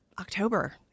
October